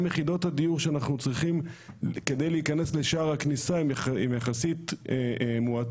יחידות הדיור שאנחנו צריכים כדי להיכנס לשער הכניסה הם יחסית מועטות,